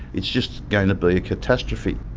it's just going to be a catastrophe.